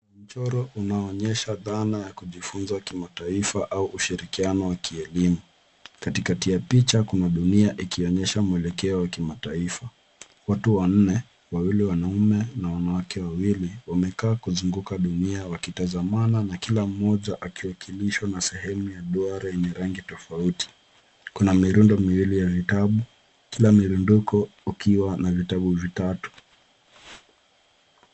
Mchoro unaonyesha dhana ya kujifunza ya kimataifa au ushirikiano wa kielimu. Katikati ya picha, kuna dunia, ikionyesha mwelekeo wa kimataifa. Watu wanne, wawili wanaume na wanawake wawili, wamekaa kuzunguka dunia, wakitazamana na kila mmoja akiwakilishwa na sehemu ya duara yenye rangi tofauti. Kuna mirundo miwili ya vitabu, kila mrunduko ukiwa na vitabu vitatu.